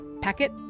packet